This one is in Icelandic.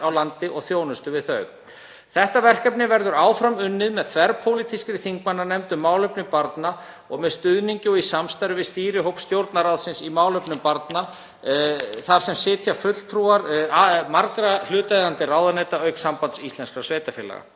á landi og þjónustu við þau. Þetta verkefni verður áfram unnið með þverpólitískri þing-mannanefnd um málefni barna og með stuðningi og í samstarfi við stýrihóp Stjórnarráðsins í málefnum barna þar sem sitja fulltrúar margra hlutaðeigandi ráðuneyta auk Sambands íslenskra sveitarfélaga.